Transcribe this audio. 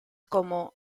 como